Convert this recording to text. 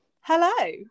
Hello